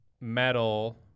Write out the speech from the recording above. metal